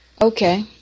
okay